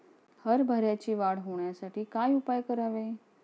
हरभऱ्याची वाढ होण्यासाठी काय उपाय करावे?